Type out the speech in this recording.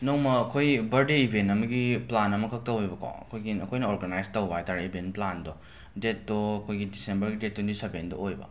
ꯅꯣꯡꯃ ꯑꯩꯈꯣꯏ ꯕꯔꯗꯦ ꯏꯕꯦꯟ ꯑꯃꯒꯤ ꯄ꯭ꯂꯥꯟ ꯑꯃꯈꯛ ꯇꯧꯋꯦꯕꯀꯣ ꯑꯩꯈꯣꯏꯒꯤ ꯑꯩꯈꯣꯏꯅ ꯑꯣꯔꯒꯥꯅꯥꯏꯁ ꯇꯧꯕ ꯍꯥꯏꯇꯥꯔꯦ ꯏꯕꯦꯟ ꯄ꯭ꯂꯥꯟꯗꯣ ꯗꯦꯠꯇꯣ ꯑꯩꯈꯣꯏꯒꯤ ꯗꯤꯁꯦꯝꯕꯔ ꯗꯦꯠ ꯇꯣꯏꯟꯇꯤ ꯁꯕꯦꯟꯗ ꯑꯣꯏꯕ